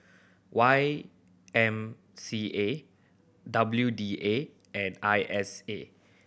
Y M C A W D A and I S A